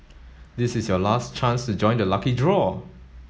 this is your last chance to join the lucky draw